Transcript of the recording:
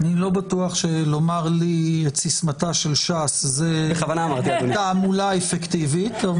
אני לא בטוח שלומר לי את סיסמתה של ש"ס זה תעמולה אפקטיבית.